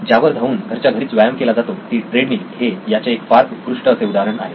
ज्यावर धावून घरच्या घरीच व्यायाम केला जातो ती ट्रेडमिल हे याचे एक फार उत्कृष्ट असे उदाहरण आहे